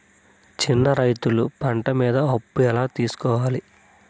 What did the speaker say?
చిన్న రైతులు పంట మీద అప్పు ఎలా తీసుకోవాలి?